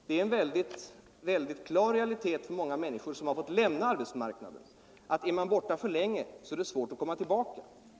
Detta är en klar realitet för många människor som har fått lämna arbetsmarknaden. Är man borta länge är det svårt att komma tillbaka.